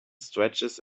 stretches